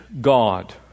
God